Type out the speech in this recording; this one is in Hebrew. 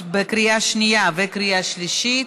בקריאה שנייה ובקריאה שלישית.